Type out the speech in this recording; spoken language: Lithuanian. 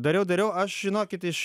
dariau dariau aš žinokit iš